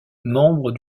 membre